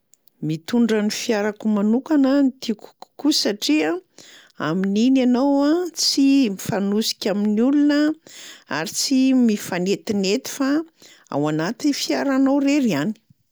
Mitondra ny fiarako manokana no tiako kokoa satria amin'iny ianao a tsy mifanosika amin'ny olona ary tsy mifanetinety fa ao anaty fiaranao rery ihany.